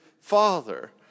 father